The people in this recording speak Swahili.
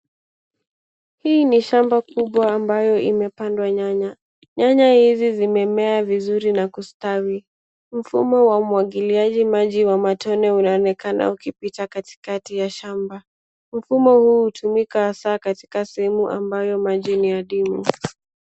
Hii ni shamba kubwa ambayo imepandwa nyanya. Nyanya hizi zimemea vizuri na kustawi. Mfumo wa umwagiliaji maji wa matone unaonekana ukipita katikati ya shamba. Mfumo huu hutumika hasa katika sehemu ambayo maji ni adimu.